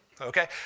okay